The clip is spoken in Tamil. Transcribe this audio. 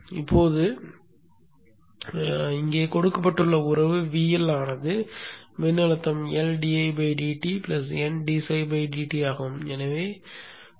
இப்போது இங்கே கொடுக்கப்பட்டுள்ள உறவு VL ஆனது மின்னழுத்தம் L N ஆகும்